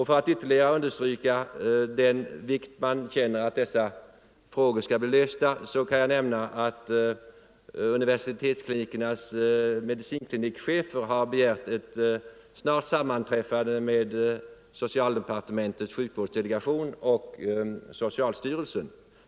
För att ytterligare understryka vikten av att dessa problem löses kan jag nämna att universitetens medicinklinikchefer begärt ett snart sammanträffande med socialdepartementets sjukvårdsdelegation och socialstyrelsen.